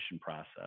process